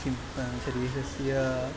किं शरीरस्य